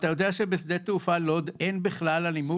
אתה יודע שבשדה התעופה לוד אין בכלל אלימות?